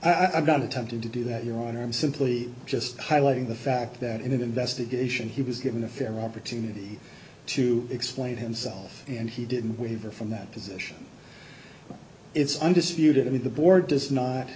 i've got attempting to do that your honor i'm simply just highlighting the fact that in an investigation he was given a fair opportunity to explain himself and he didn't waver from that position it's undisputed and the board